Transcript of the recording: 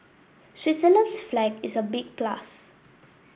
Switzerland's flag is a big plus